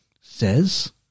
says